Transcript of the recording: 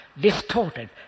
distorted